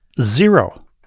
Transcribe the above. zero